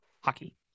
Hockey